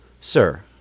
sir